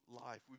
life